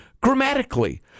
grammatically